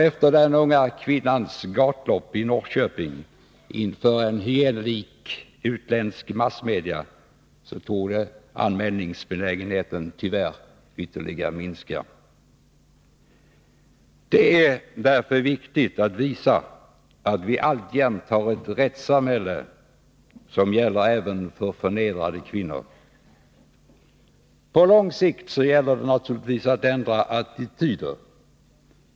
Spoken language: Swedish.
Efter den unga kvinnans gatlopp i Norrköping inför hyenelika utländska massmedia torde anmälningsbenägenheten tyvärr ytterligare minska. Det är därför viktigt att visa att vi alltjämt har ett rättssamhälle som gäller även för förnedrade kvinnor. På lång sikt gäller det naturligtvis att förändra attityder.